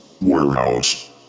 Warehouse